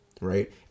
Right